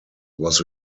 was